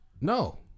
no